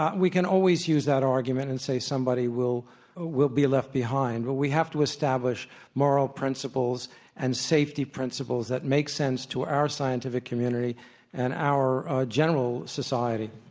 um we can always use that argument and say somebody will ah will be left behind, but we have to establish moral principles and safety principles that make sense to our scientific community and our general society.